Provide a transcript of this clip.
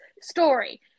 story